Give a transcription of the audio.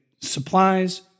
supplies